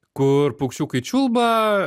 kur paukščiukai čiulba